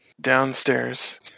downstairs